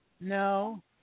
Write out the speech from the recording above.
No